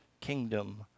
kingdom